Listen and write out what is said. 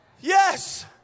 Yes